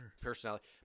personality